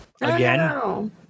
again